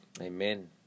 Amen